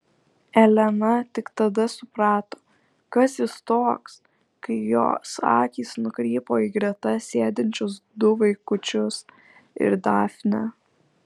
elena tik tada suprato kas jis toks kai jos akys nukrypo į greta sėdinčius du vaikučius ir dafnę